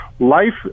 Life